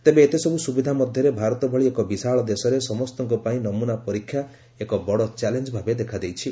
ତେବେ ଏତେସବୁ ସୁବିଧା ମଧ୍ୟରେ ଭାରତ ଭଳି ଏକ ବିଶାଳ ଦେଶରେ ସମସ୍ତଙ୍କ ପାଇଁ ନମୁନା ପରୀକ୍ଷା ଏକ ବଡ଼ ଚ୍ୟାଲେଞ୍ଜ ଭାବେ ଦେଖାଦେଇଛି